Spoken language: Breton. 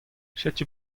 setu